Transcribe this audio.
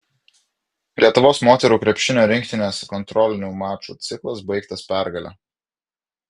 lietuvos moterų krepšinio rinktinės kontrolinių mačų ciklas baigtas pergale